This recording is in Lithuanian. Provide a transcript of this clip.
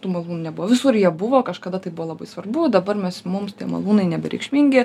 tų malūnų nebuvo visur jie buvo kažkada tai buvo labai svarbu dabar mes mums tie malūnai nebereikšmingi